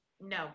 No